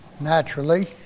naturally